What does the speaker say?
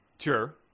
Sure